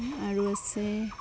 আৰু আছে